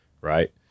right